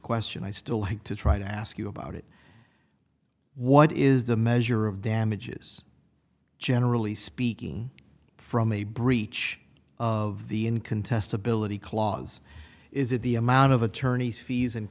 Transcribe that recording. question i still have to try to ask you about it what is the measure of damages generally speaking from a breach of the in contestability clause is it the amount of attorney's fees and